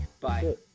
Bye